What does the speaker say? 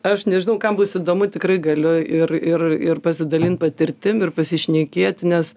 aš nežinau kam bus įdomu tikrai galiu ir ir ir pasidalint patirtim ir pasišnekėti nes